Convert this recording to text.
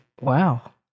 wow